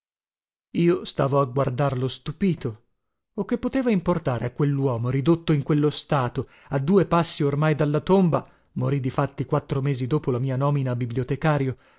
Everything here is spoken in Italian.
io stavo a guardarlo stupito o che poteva importare a quelluomo ridotto in quello stato a due passi ormai dalla tomba morì difatti quattro mesi dopo la mia nomina a bibliotecario